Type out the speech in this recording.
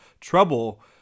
trouble